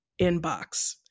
inbox